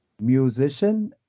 Musician